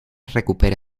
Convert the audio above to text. recupere